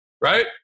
right